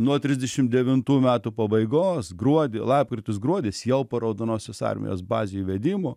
nuo trisdešimt devintų metų pabaigos gruodį lapkritis gruodis jau po raudonosios armijos bazių įvedimo